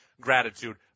gratitude